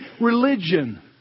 religion